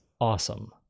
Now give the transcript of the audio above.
awesome